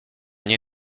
nie